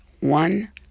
One